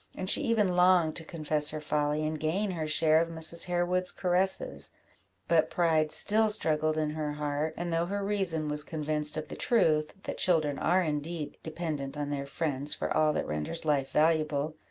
and she even longed to confess her folly, and gain her share of mrs. harewood's caresses but pride still struggled in her heart and though her reason was convinced of the truth, that children are indeed dependent on their friends for all that renders life valuable,